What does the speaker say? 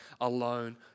alone